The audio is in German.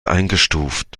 eingestuft